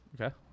Okay